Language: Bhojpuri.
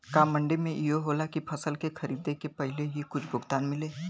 का मंडी में इहो होला की फसल के खरीदे के पहिले ही कुछ भुगतान मिले?